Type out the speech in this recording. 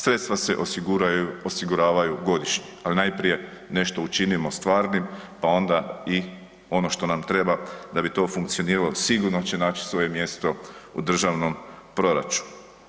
Sredstva se osiguraju, osiguravaju godišnje, al najprije nešto učinimo stvarnim, pa onda i ono što nam treba da bi to funkcioniralo sigurno će naći svoje mjesto u državnom proračunu.